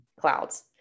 clouds